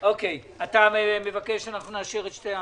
מבקש שהצעות לסדר,